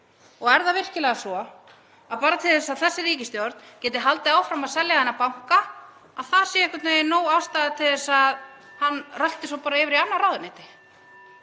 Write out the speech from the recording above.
Er það virkilega svo að bara til þess að þessi ríkisstjórn geti haldið áfram að selja þennan banka, (Forseti hringir.) að það sé einhvern veginn næg ástæða til þess að hann rölti svo bara yfir í annað ráðuneyti?